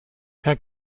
herr